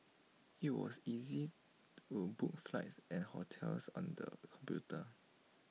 IT was easy to book flights and hotels on the computer